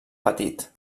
petit